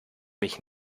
mich